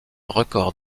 records